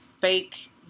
fake